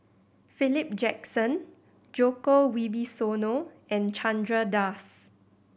Philip Jackson Djoko Wibisono and Chandra Das